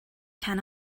can